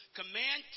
command